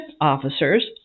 officers